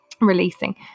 releasing